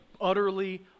utterly